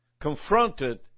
confronted